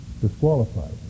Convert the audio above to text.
disqualified